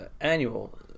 annual